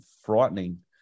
frightening